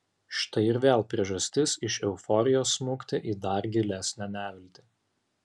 štai ir vėl priežastis iš euforijos smukti į dar gilesnę neviltį